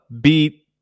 beat